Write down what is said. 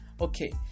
okay